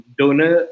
donor